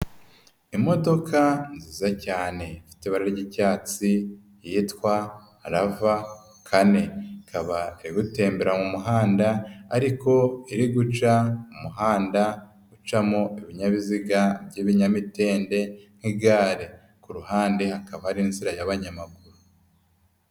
Imodoka nziza cyane ifite ibara ry'icyatsi iyitwa rava kane, ikaba iwutembera mu muhanda ariko iriguca mu muhanda ucamo ibinyabiziga by'ibinyamitende nk'igare, ku ruhande hakaba hari inzira y'abanyamaguru.